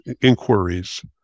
inquiries